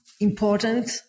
important